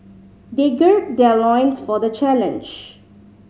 they gird their loins for the challenge